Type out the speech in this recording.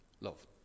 love